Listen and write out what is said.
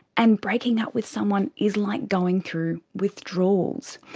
and breaking up with someone is like going through withdrawals.